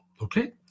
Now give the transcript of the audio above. Okay